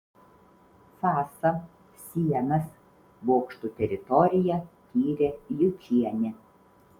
fasą sienas bokštų teritoriją tyrė jučienė